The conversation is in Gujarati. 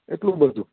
એટલું બધું